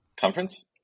conference